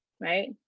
right